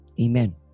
Amen